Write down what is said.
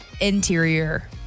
interior